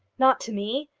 not to me!